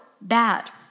bad